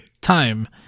time